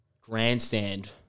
grandstand